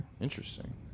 Interesting